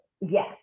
yes